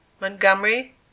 Montgomery